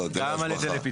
לא, היטלי השבחה.